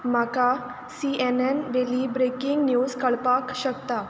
म्हाका C N N वेली breaking news कळपाक शकता